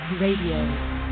RADIO